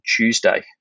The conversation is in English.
Tuesday